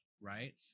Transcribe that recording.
right